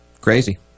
Crazy